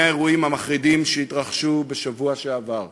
האירועים המחרידים שהתרחשו בשבוע שעבר.